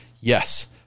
yes